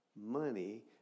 money